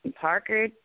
Parker